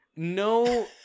No